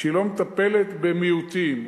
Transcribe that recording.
שהיא לא מטפלת במיעוטים,